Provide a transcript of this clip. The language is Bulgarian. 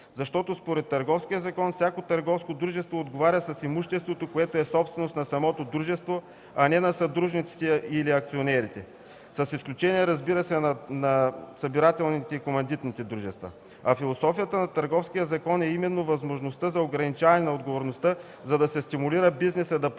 защото според него всяко търговско дружество отговаря с имуществото, което е собственост на самото дружество, а не на съдружниците или акционерите, с изключение, разбира се, на събирателните и командитните дружества. А философията на Търговския закон е именно във възможността за ограничаване на отговорността, за да се стимулира бизнесът да поеме